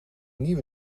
nieuwe